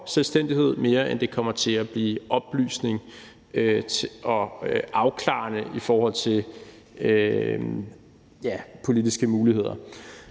selvstændighed, end at det kommer til at være oplysende og afklarende i forhold til, ja, politiske muligheder.